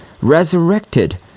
resurrected